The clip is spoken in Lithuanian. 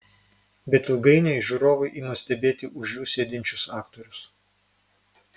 bet ilgainiui žiūrovai ima stebėti už jų sėdinčius aktorius